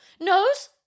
nose